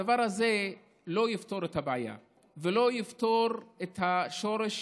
הדבר הזה לא יפתור את הבעיה ולא יפתור את השורש